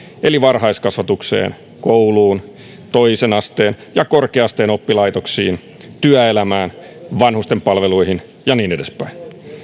eli varhaiskasvatukseen kouluun toisen asteen ja korkea asteen oppilaitoksiin työelämään vanhustenpalveluihin ja niin edespäin